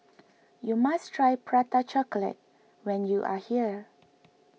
you must try Prata Chocolate when you are here